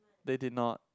they did not